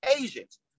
Asians